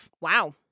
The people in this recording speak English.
Wow